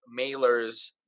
mailers